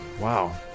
Wow